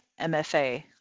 MFA